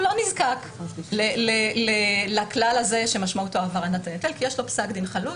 הוא לא נזקק לכלל הזה שמשמעותו העברת הנטל כי יש לו פסק דין חלוט